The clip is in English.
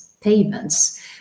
payments